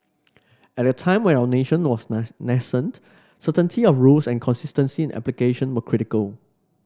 at a time where our nation was nascent certainty of rules and consistency in application were critical